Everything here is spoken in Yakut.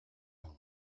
ылла